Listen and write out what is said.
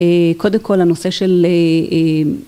קודם כל הנושא של